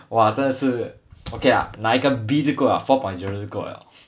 !wah! 真的是 okay ah 拿一个 B 就够 liao four point zero 就够 liao